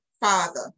father